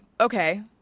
Okay